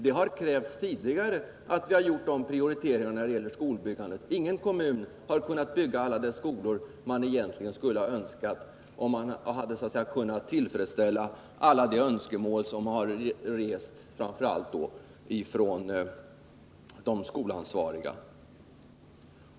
Det har krävts tidigare att vi skulle göra sådana prioriteringar när det gällt skolbyggandet. Ingen kommun har kunnat bygga alla de skolor som man egentligen skulle ha önskat för att tillfredsställa alla de önskemål som rests, framför allt från de skolansvariga.